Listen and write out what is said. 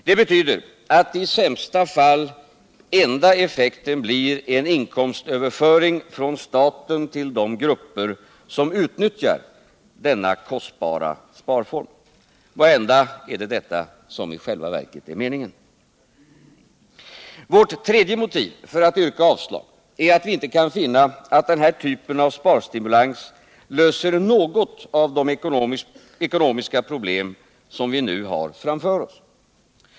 Det betyder att i sämsta fall enda effekten blir en inkomstöverföring från staten till de grupper som utnyttjar denna kostbara sparform. Måhända är detta i själva verket meningen. Vårt tredje motiv för att yrka avslag är att vi inte kan finna att denna typ av sparstimulans löser något av de ekonomiska problem som vi nu har framför oss.